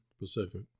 Pacific